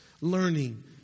learning